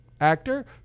actor